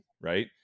right